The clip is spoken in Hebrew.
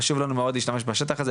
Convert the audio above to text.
חשוב לנו מאוד להשתמש בשטח הזה,